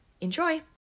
Enjoy